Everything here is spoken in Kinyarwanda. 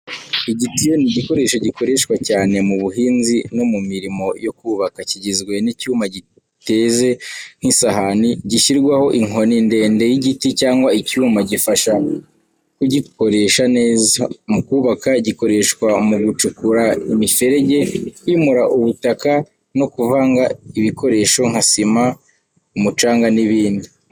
Igitiyo ni igikoresho gikoreshwa cyane mu buhinzi no mu mirimo yo kubaka. Kigizwe n’icyuma giteze nk’isahani, gishyirwaho inkoni ndende y’igiti cyangwa icyuma gifasha kugikoresha neza. Mu kubaka, gikoreshwa mu gucukura imiferege, kwimura ubutaka no kuvanga ibikoresho nka sima, umucanga n’ibindi.